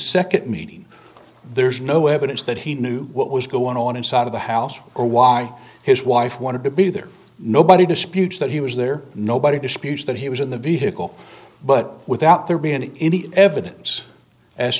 second meeting there's no evidence that he knew what was going on inside of the house or why his wife wanted to be there nobody disputes that he was there nobody disputes that he was in the vehicle but without there being any evidence as